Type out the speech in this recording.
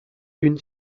une